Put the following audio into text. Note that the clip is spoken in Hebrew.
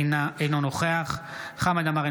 אינו נוכח חמד עמאר,